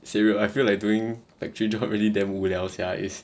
say real I feel like doing factory job really damn 无聊 sia it's